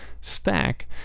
stack